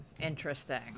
Interesting